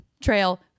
trail